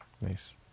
Nice